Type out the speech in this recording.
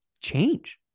change